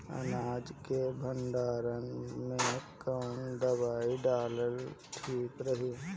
अनाज के भंडारन मैं कवन दवाई डालल ठीक रही?